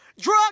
Drug